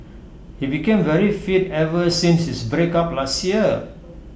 he became very fit ever since his breakup last year